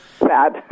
bad